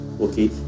okay